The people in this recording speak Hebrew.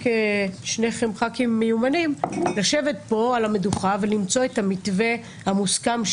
שניכם ח"כים מספיק מיומנים לשבת פה על המדוכה ולמצוא את המתווה המוסכם,